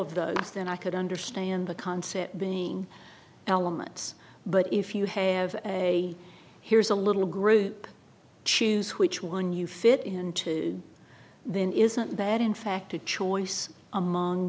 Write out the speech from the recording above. of those then i could understand the concept being elements but if you have a here's a little group choose which one you fit into then isn't that in fact a choice among